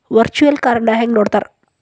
Virtual ಕಾರ್ಡ್ನ ಹೆಂಗ್ ನೋಡ್ತಾರಾ?